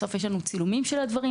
בסוף יש לנו צילומים של הדברים,